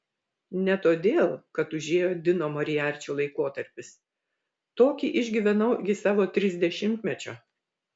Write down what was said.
ne todėl kad užėjo dino moriarčio laikotarpis tokį išgyvenau iki savo trisdešimtmečio